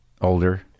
Older